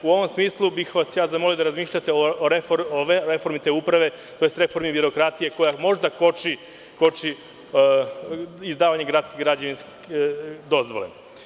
U ovom smislu bih vas zamolio da razmišljate o reformi te uprave tj. reformi birokratije koja možda koči izdavanje gradske građevinske dozvole.